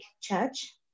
church